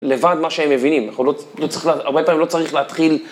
לבד מה שהם מבינים, אנחנו לא צריכים, הרבה פעמים לא צריך להתחיל.